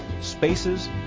spaces